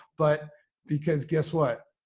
but because guess what?